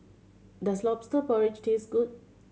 does Lobster Porridge taste good